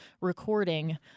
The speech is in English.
recording